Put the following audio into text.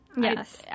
Yes